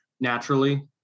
Naturally